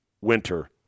winter